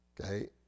Okay